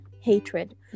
hatred